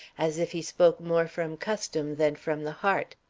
as if he spoke more from custom than from the heart.